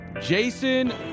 Jason